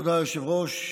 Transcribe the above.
תודה, היושב-ראש.